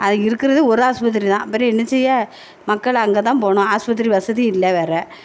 அது இருக்கிறது ஒரு ஹாஸ்பத்திரி தான் அப்புறம் என்ன செய்ய மக்கள் அங்கே தான் போகணும் ஹாஸ்பத்திரி வசதியில்லை வேறு